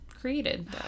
created